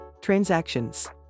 Transactions